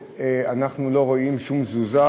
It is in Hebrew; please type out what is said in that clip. ואנחנו לא רואים שום תזוזה.